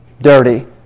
Dirty